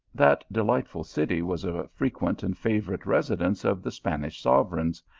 that delightful city was a frequent and favourite residence of the spanish sovereigns,